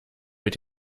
mit